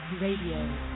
radio